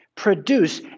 produce